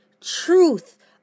truth